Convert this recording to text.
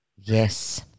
Yes